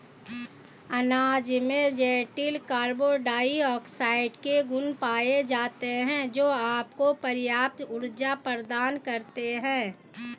अनाज में जटिल कार्बोहाइड्रेट के गुण पाए जाते हैं, जो आपको पर्याप्त ऊर्जा प्रदान करते हैं